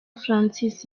francis